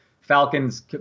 Falcons